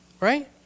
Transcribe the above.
right